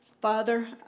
Father